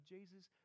Jesus